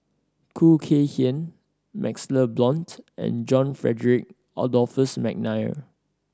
Khoo Kay Hian MaxLe Blond and John Frederick Adolphus McNair